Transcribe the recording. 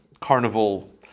carnival